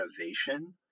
innovation